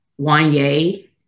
Wanye